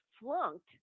flunked